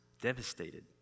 devastated